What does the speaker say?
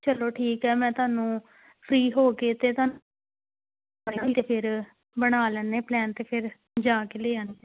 ਚਲੋ ਠੀਕ ਹੈ ਮੈਂ ਤੁਹਾਨੂੰ ਫਰੀ ਹੋ ਕੇ ਅਤੇ ਤਾਂ ਫਿਰ ਬਣਾ ਲੈਂਦੇ ਪਲੈਨ ਅਤੇ ਫਿਰ ਜਾ ਕੇ ਲਿਆ ਨੇ